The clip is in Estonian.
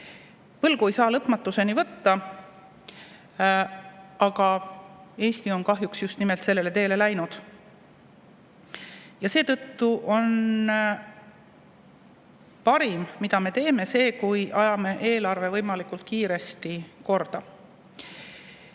Võlgu ei saa lõpmatuseni võtta. Aga Eesti on kahjuks just nimelt sellele teele läinud. Ja seetõttu on parim, mida me [ette võtta saame], see, kui me teeme eelarve võimalikult kiiresti korda.